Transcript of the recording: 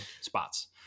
spots